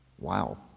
Wow